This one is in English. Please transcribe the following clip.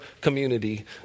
community